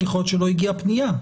יכול להיות שלא הגיעה פנייה.